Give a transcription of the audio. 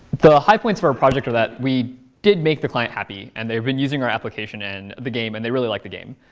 the high points of our project are that we did make the client happy. and they've been using our application and the game. and they really like the game.